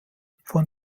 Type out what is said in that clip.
von